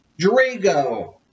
drago